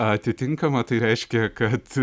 atitinkama tai reiškia kad